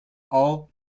all